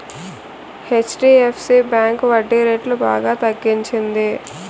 HDFC bank వడ్డీరేట్లు బాగా తగ్గించింది